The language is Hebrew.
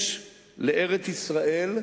יש לארץ-ישראל,